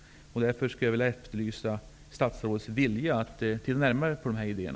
Därför efterlyser jag statsrådets vilja att se närmare på dessa idéer.